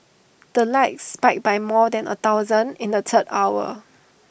the likes spiked by more than A thousand in the third hour